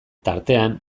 tartean